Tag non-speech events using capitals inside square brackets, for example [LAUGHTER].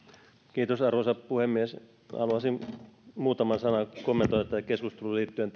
minuutti arvoisa puhemies haluaisin muutaman sanan kommentoida tähän keskusteluun liittyen [UNINTELLIGIBLE]